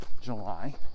July